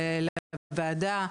לוועדה,